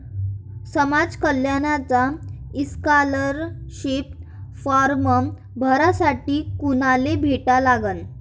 समाज कल्याणचा scholarship form भरासाठी कुनाले भेटा लागन?